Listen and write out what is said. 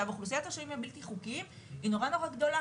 אוכלוסיית השוהים הבלתי חוקיים היא מאוד גדולה.